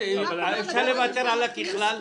המשפטית האם אפשר לוותר על המילה "ככלל".